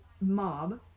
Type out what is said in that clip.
mob